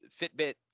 Fitbit